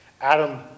Adam